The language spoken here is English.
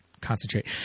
concentrate